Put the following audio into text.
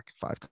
five